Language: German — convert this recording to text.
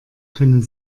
können